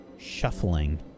shuffling